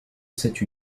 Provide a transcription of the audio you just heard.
cette